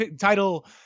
title